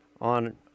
on